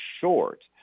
short